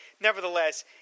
nevertheless